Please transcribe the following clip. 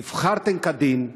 נבחרתם כדין,